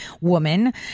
woman